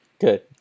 Good